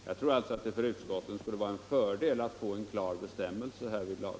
Jag tror alltså att det för utskotten skulle vara en fördel att få en klar bestämmelse härvidlag.